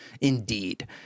Indeed